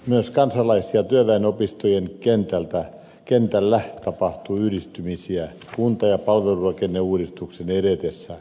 myös kansalais ja työväenopistojen kentällä tapahtuu yhdistymisiä kunta ja palvelurakenneuudistuksen edetessä